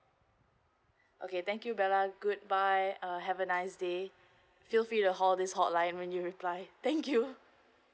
okay thank you bella goodbye uh have a nice day feel free to call this hotline when you reply thank you